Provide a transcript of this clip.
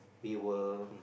we were